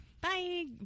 Bye